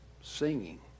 singing